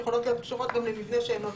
יכולות להיות קשורות גם למבנה שאינו ציבורי.